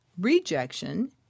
rejection